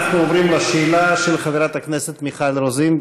אנחנו עוברים לשאלה של חברת הכנסת מיכל רוזין.